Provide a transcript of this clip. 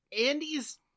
Andy's